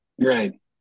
Right